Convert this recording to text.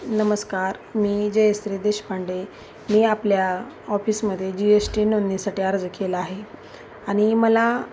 नमस्कार मी जयश्री देशपांडे मी आपल्या ऑफिसमध्ये जी एस टी नोंदणीसाठी अर्ज केला आहे आणि मला